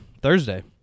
Thursday